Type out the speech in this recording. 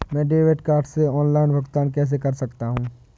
मैं debit card से online भुगतान कैसे कर सकता हूँ?